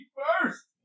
first